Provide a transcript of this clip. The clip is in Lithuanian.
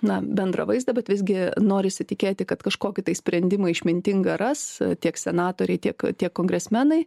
na bendrą vaizdą bet visgi norisi tikėti kad kažkokį tai sprendimą išmintingą ras tiek senatoriai tiek tie kongresmenai